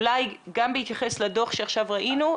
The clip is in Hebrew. אולי גם בהתייחס לדו"ח שעכשיו ראינו,